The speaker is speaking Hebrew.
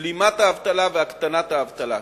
בלימת האבטלה והקטנת האבטלה.